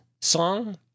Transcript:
song